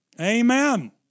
Amen